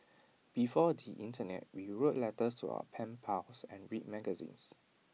before the Internet we wrote letters to our pen pals and read magazines